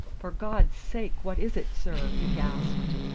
for god's sake, what is it, sir? he gasped.